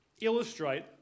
illustrate